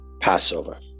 Passover